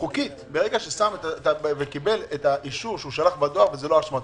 ברגע שקיבל את האישור שהוא שלח בדואר זו לא אשמתו.